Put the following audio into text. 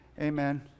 Amen